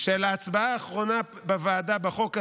של ההצבעה האחרונה בוועדה בחוק הזה.